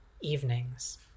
evenings